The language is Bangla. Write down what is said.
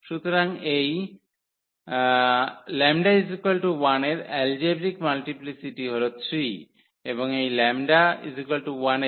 সুতরাং এই λ1 এর এলজেব্রিক মাল্টিপ্লিসিটি হল 3 এবং এই λ1 এর জিওমেট্রিক মাল্টিপ্লিসিটি হল 2